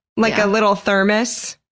like a little thermos?